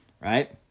right